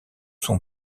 son